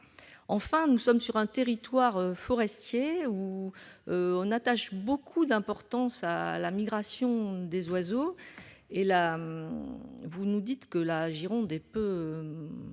Enfin, nous sommes sur un territoire forestier où nous attachons beaucoup d'importance à la migration des oiseaux. Vous nous dites que la Gironde est peu